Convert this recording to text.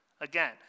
Again